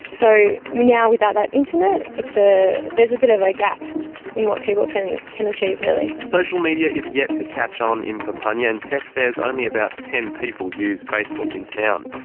so now without that internet, ah there's a bit of a gap in what people can can achieve really. social media is yet to catch on in papunya, and tess says only about ten people use facebook in town.